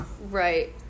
Right